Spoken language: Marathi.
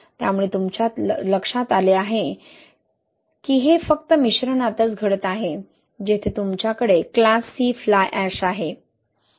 त्यामुळे तुमच्या लक्षात आले की हे फक्त मिश्रणातच घडत आहे जेथे तुमच्याकडे क्लास सी फ्लाय अॅश आहे